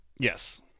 Yes